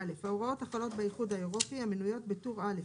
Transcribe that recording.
(א) ההוראות החלות באיחוד האירופי המנויות בטור א'